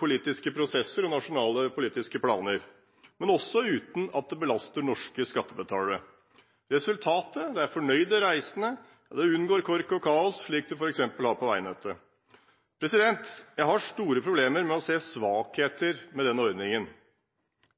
politiske prosesser og nasjonale politiske planer, men også uten at det belaster norske skattebetalere. Resultatet er fornøyde reisende, og kork og kaos unngås, slik det f.eks. er på veinettet. Jeg har store problemer med å se svakheter med denne ordningen.